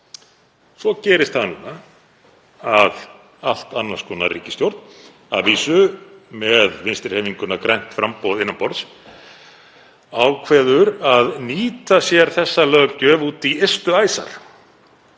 Svo gerist það að allt annars konar ríkisstjórn, að vísu með Vinstrihreyfinguna – grænt framboð innan borðs, ákveður að nýta sér þessa löggjöf út í ystu æsar